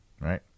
right